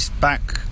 back